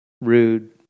Rude